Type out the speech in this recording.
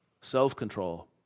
self-control